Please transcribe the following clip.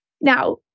Now